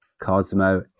Cosmo